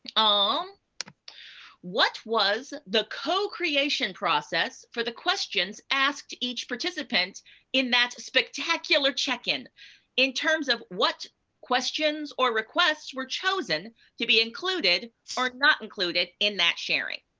um what was the co-creation process for the questions asked each participant in that spectacular check-in in terms of what questions or requests were chosen to be included or not included in that sharing?